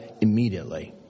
immediately